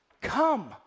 come